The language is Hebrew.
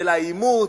של העימות,